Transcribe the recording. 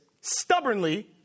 Stubbornly